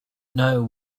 know